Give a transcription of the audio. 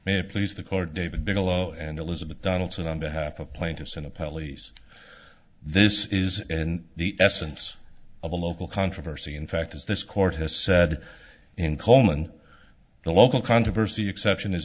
may please the court david bigelow and elizabeth donaldson on behalf of plaintiffs in the polies this is the essence of a local controversy in fact as this court has said in coleman the local controversy exception is